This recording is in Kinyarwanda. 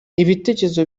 ibitekerezo